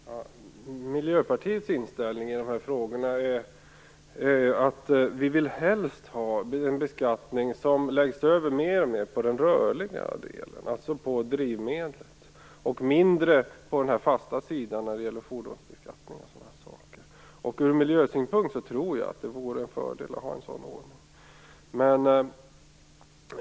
Herr talman! Miljöpartiets inställning i de här frågorna är att vi helst vill att beskattningen läggs över mer och mer på den rörliga delen, alltså på drivmedlet, och att den mindre läggs på den fasta sidan i form av exempelvis fordonsbeskattning. Ur miljösynpunkt tror jag att det vore en fördel att ha en sådan ordning.